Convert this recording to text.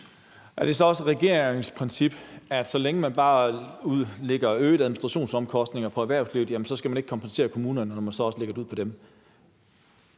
Er det så også et regeringsprincip, at når man lægger øgede administrationsomkostninger på erhvervslivet, skal man ikke kompensere kommunerne, når man så også lægger nogle på dem?